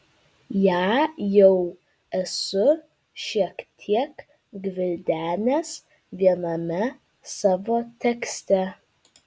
ją jau esu šiek tiek gvildenęs viename savo tekste